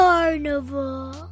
Carnival